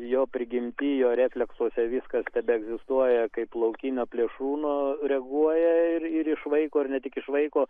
jo prigimty jo refleksuose viskas tebeegzistuoja kaip laukinio plėšrūno reaguoja ir ir išvaiko ne tik išvaiko